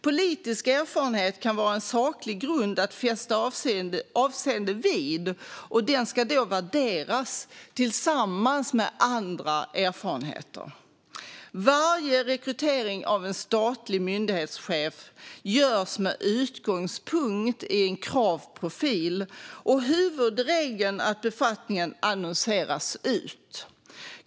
Politisk erfarenhet kan vara en saklig grund att fästa avseende vid, och den ska då värderas tillsammans med andra erfarenheter. Varje rekrytering av en statlig myndighetschef görs med utgångspunkt i en kravprofil och huvudregeln att befattningen annonseras ut.